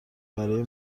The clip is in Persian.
برای